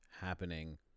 happening